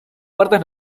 puertas